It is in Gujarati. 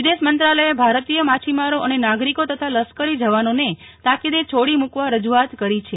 વિદેશ મંત્રાલયે ભારતીય માછીમારો અને નાગરિકો તથા લશ્કરી જવાનોને તાકીદે છોડી મૂકવા રજૂઆત કરી છે